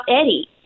Eddie